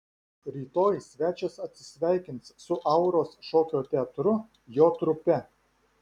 rytoj svečias atsisveikins su auros šokio teatru jo trupe